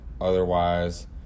Otherwise